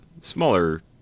smaller